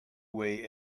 weigh